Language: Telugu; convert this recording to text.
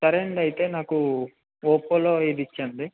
సరే అండి అయితే నాకు ఒప్పోలో ఇది ఇచ్చేయండి